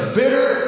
bitter